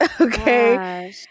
okay